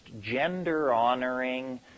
gender-honoring